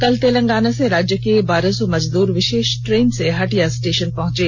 कल तेलंगाना से राज्य के बारह सौ मजदूर विषेष ट्रेन से हटिया स्टेषन पहुंचे